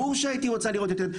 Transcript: ברור שהייתי רוצה לראות יותר".